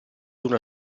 una